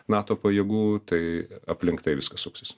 nato pajėgų tai aplink tai viskas suksis